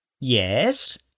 Yes